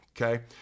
okay